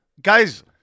Guys